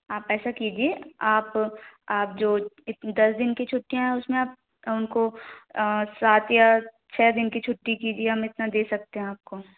आप ऐसा कीजिए आप आप जो दस दिन की छुट्टियाँ हैं उसमें आप उनको सात या छः दिन की छुट्टी कीजिए हम इतना दे सकते हैं आपको